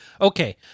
Okay